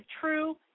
true